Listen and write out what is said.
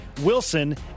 Wilson